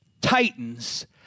Titans